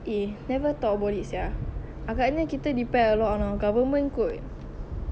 eh never thought about it sia agaknya kita depend a lot on government kot